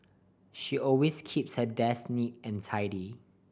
she always keeps her desk neat and tidy